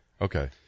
Okay